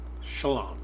Shalom